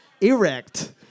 erect